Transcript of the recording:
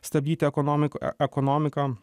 stabdyti ekonomikos ekonomiką